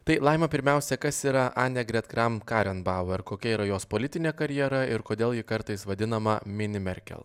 tai laima pirmiausia kas yra anegret kram karenbauer kokia yra jos politinė karjera ir kodėl ji kartais vadinama mini merkel